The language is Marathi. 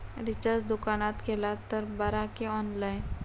रिचार्ज दुकानात केला तर बरा की ऑनलाइन?